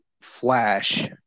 Flash